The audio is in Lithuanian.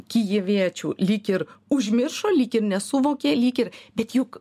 kijeviečių lyg ir užmiršo lyg ir nesuvokė lyg ir bet juk